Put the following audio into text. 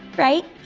right?